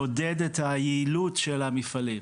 לעודד את היעילות של המפעלים,